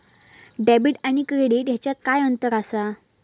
Debit आणि credit ह्याच्यात काय अंतर असा?